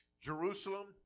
Jerusalem